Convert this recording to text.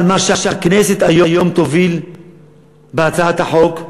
אבל למה שהכנסת היום תוביל בהצעת החוק,